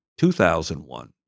2001